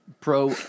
Pro